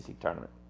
tournament